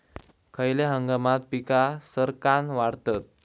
खयल्या हंगामात पीका सरक्कान वाढतत?